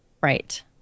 right